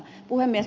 puhemies